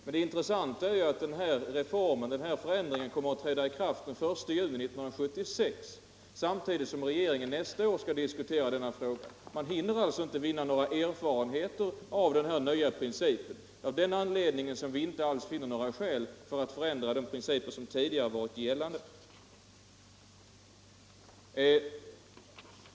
Men det intressanta är att förändringen skall träda i kraft den 1 juni 1976, samtidigt som riksdagen skall diskutera denna fråga nästa år. Man kommer alltså inte att hinna få några erfarenheter av den nya principen till dess. Det är av den anledningen vi inte finner några skäl för att ändra den princip som tidigare varit gällande.